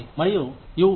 మరియు యు